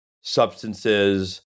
substances